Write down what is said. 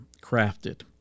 crafted